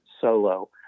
solo